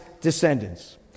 descendants